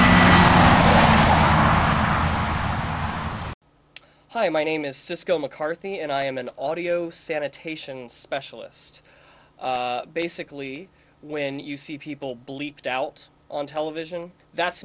takes hi my name is cisco mccarthy and i am an audio sanitation specialist basically when you see people bleeped out on television that's